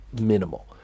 minimal